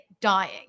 dying